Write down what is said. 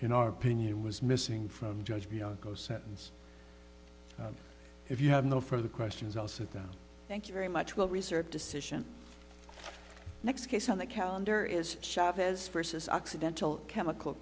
in our opinion was missing from judge bianco sentence if you have no further questions i'll sit down thank you very much well researched decision next case on the calendar is chavez versus occidental chemical